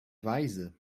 weise